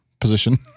position